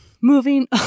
Moving